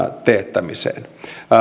teettämiseen